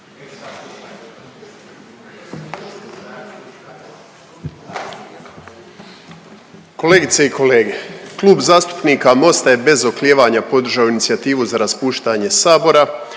Kolegice i kolege, Klub zastupnika Mosta je bez oklijevanja podržao inicijativu za raspuštanje Sabora